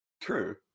True